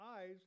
eyes